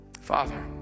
Father